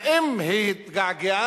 האם היא התגעגעה